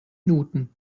minuten